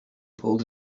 pulled